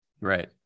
right